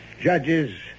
Judges